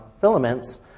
filaments